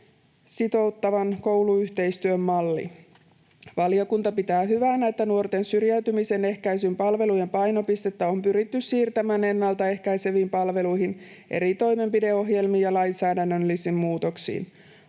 sitouttavan kouluyhteistyön malli. Valiokunta pitää hyvänä, että nuorten syrjäytymisen ehkäisyn palvelujen painopistettä on pyritty siirtämään ennaltaehkäiseviin palveluihin eri toimenpideohjelmin ja lainsäädännöllisin muutoksin.